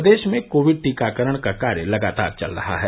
प्रदेश में कोविड टीकाकरण का कार्य लगातार चल रहा है